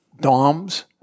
Dom's